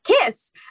kiss